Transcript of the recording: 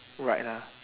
right lah